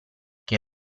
che